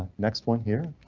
next one here.